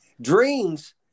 Dreams